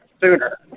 sooner